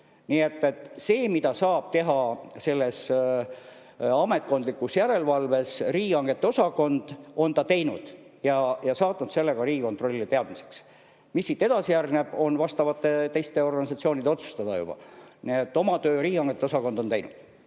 seda, mida saab teha selles ametkondlikus järelevalves riigihangete osakond, on ta teinud ja saatnud selle ka Riigikontrollile teadmiseks. Mis siit järgneb, on juba vastavate teiste organisatsioonide otsustada. Nii et oma töö riigihangete osakond on teinud.